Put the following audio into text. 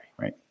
right